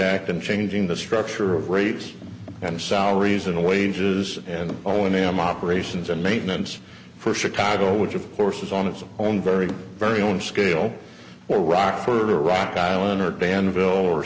act and changing the structure of rates and salaries and wages and or when i am operations and maintenance for chicago which of course is on its own very very own scale or rock for rock island or danville or